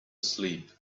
sleep